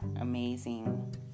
amazing